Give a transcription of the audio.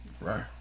Right